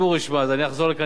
אז אני אחזור לכאן עם הנתונים